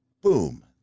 Boom